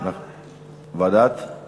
ועדת החינוך?